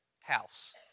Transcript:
house